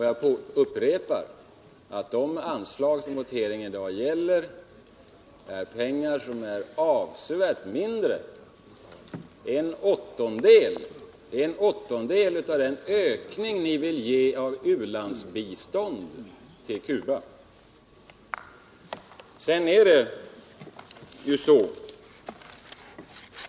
Jag upprepar att det anslag som voteringen i dag kommer att gälla är avsevärt mindre än den ökning som ni vill ha i u-landsbiståndet till Cuba. Det gäller bara en åttondel av detua belopp.